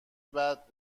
بعد